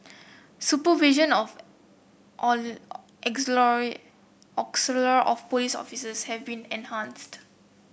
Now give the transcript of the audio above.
supervision of police officers have been enhanced